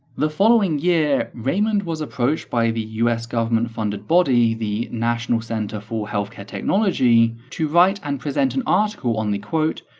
the following year raymond was approached by the us government funded body, the national center for healthcare technology, to write and present an article on the, quote,